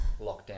lockdown